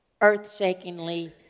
earth-shakingly